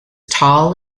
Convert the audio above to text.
tall